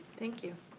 thank you.